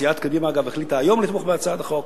סיעת קדימה, אגב, החליטה היום לתמוך בהצעת החוק,